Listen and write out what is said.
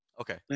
Okay